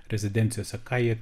rezidencijose ką jie